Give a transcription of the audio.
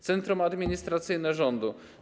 Centrum administracyjne rządu.